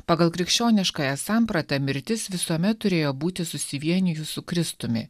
pagal krikščioniškąją sampratą mirtis visuomet turėjo būti susivienijus su kristumi